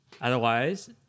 Otherwise